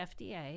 FDA